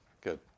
Good